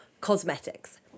cosmetics